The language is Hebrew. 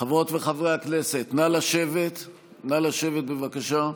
חברות וחברי הכנסת, נא לשבת, נא לשבת, בבקשה.